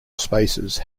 spaces